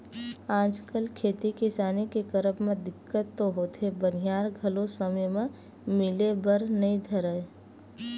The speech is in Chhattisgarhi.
आजकल खेती किसानी के करब म दिक्कत तो होथे बनिहार घलो समे म मिले बर नइ धरय